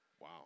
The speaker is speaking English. Wow